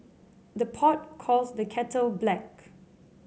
the pot calls the kettle black